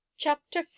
Chapter